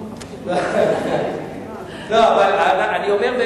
אני אומר,